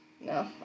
No